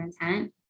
intent